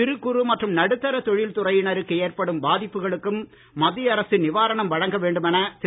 சிறு குறு மற்றும் நடுத்தரத் தொழில் துறையினருக்கு ஏற்படும் பாதிப்புகளுக்கும் மத்திய அரசு நிவாரணம் வழங்க வேண்டுமென திரு